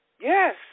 Yes